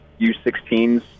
U16s